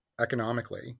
economically